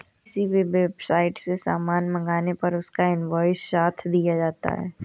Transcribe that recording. किसी भी वेबसाईट से सामान मंगाने पर उसका इन्वॉइस साथ दिया जाता है